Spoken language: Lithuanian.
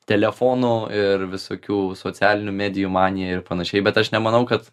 telefono ir visokių socialinių medijų maniją ir panašiai bet aš nemanau kad